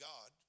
God